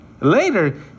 Later